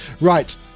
right